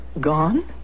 gone